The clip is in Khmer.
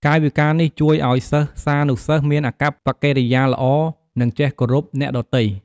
កាយវិការនេះជួយឱ្យសិស្សានុសិស្សមានអាកប្បកិរិយាល្អ និងចេះគោរពអ្នកដទៃ។